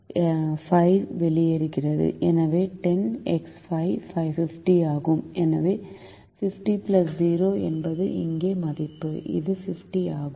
எனவே 10x5 50 ஆகும் எனவே 50 0 என்பது இங்கே மதிப்பு இது 50 ஆகும்